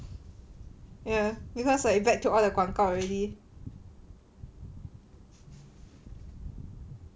ya because like back to all the 广告 already